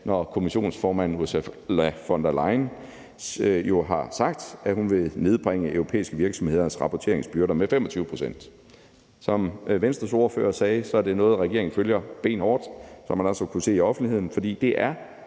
at Kommissionens formand, Ursula von der Leyen, har sagt, at hun vil nedbringe europæiske virksomheders rapporteringsbyrder med 25 pct. Som Venstres ordfører sagde, er det noget, regeringen følger benhårdt, hvilket man også har kunnet se i offentligheden, for det er